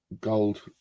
gold